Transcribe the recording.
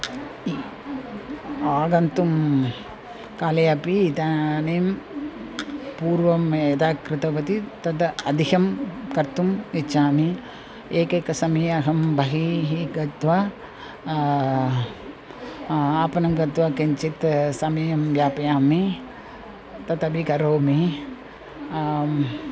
इ आगन्तुं काले अपि इदानीं पूर्वं यदा कृतवती तदा अधिकं कर्तुं इच्छामि एकैके समये अहं बहिः गत्वा आपणं गत्वा किञ्चित् समयं यापयामि तदपि करोमि